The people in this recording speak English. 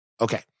Okay